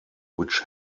which